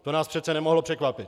To nás přece nemohlo překvapit.